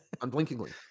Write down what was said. Unblinkingly